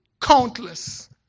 countless